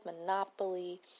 Monopoly